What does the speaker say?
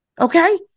Okay